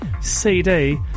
CD